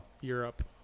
Europe